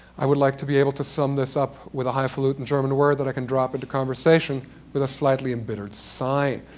i would like to be able to sum this up with a high-falutin' german word that i could drop into conversation with a slightly embittered sigh.